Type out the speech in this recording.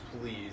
Please